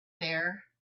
there